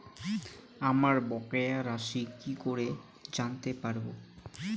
আমার বকেয়া রাশি কি করে জানতে পারবো?